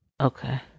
Okay